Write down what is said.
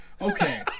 okay